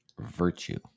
virtue